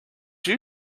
you